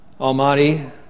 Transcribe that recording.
Almighty